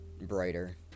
brighter